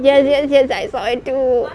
yes yes yes I saw it too